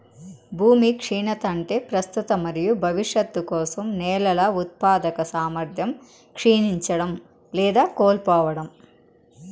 భూమి క్షీణత అంటే ప్రస్తుత మరియు భవిష్యత్తు కోసం నేలల ఉత్పాదక సామర్థ్యం క్షీణించడం లేదా కోల్పోవడం